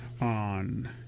on